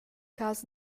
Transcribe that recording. cass